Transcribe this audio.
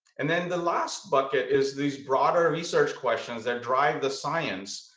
and then the last bucket is these broader research questions that drive the science.